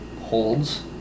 holds